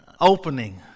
opening